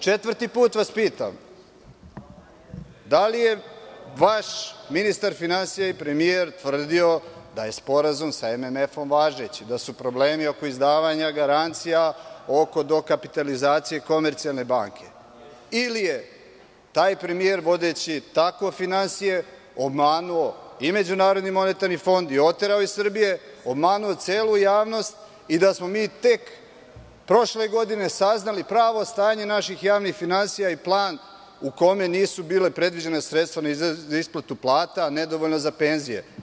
Četvrti put vas pitam, da li je vaš ministar finansija i premijer tvrdio da je sporazum sa MMF važeći, da su problemi oko izdavanja garancija oko dokapitalizacije Komercijalne banke ili je taj premijer vodeći tako finansije obmanuo i MMF i oterao iz Srbije, obmanuo celu javnost i da smo mi tek prošle godine saznali pravo stanje naših javnih finansija i plan u kome nisu bila predviđena sredstva za isplatu plata, nedovoljno za penzije.